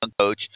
coach